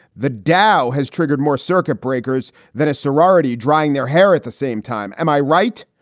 the dow has triggered more circuit breakers than a sorority drying their. they're at the same time. am i right?